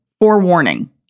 forewarning